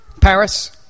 Paris